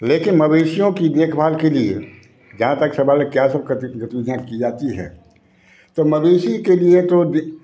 लेकिन मवेशियों के देख भाल के लिए जहाँ तक सवाल है क्या सब करती थी की जाती है तो मवेशी के लिए तो दी